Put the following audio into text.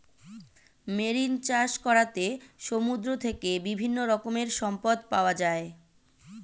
marine চাষ করাতে সমুদ্র থেকে বিভিন্ন রকমের সম্পদ পাওয়া যায়